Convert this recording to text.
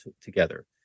together